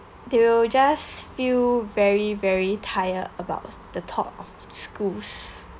they will just feel very very tired about the thought of schools